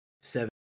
seven